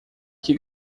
que